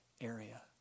area